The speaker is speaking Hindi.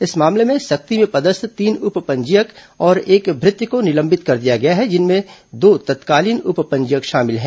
इस मामले में सक्ती में पदस्थ तीन उप पंजीयक और एक भृत्य को निलंबित कर दिया गया है जिनमें दो तत्कालीन उप पंजीयक शामिल हैं